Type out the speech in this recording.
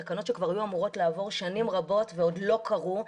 תקנות שכבר היו אמורות לעבור שנים רבות ועוד לא קרו,